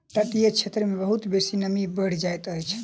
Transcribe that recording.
तटीय क्षेत्र मे बहुत बेसी नमी बैढ़ जाइत अछि